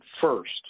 first